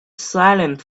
silent